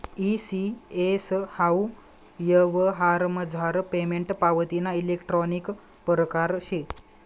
E CS हाऊ यवहारमझार payment पावतीना इलेक्ट्रानिक परकार शे